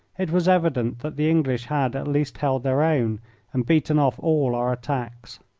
it was evident that the english had at least held their own and beaten off all our attacks.